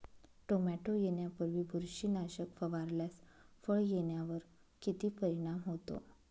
Tomato येण्यापूर्वी बुरशीनाशक फवारल्यास फळ येण्यावर किती परिणाम होतो?